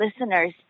listeners